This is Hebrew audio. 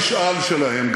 הם הלכו להודיע לחבר'ה שלהם.